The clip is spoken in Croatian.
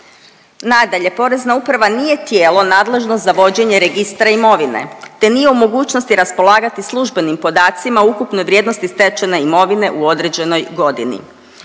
Nadalje, Porezna uprava nije tijelo nadležno za vođenje registra imovine te nije u mogućnosti raspolagati službenim podacima o ukupnoj vrijednosti stečene imovine u određenoj godini.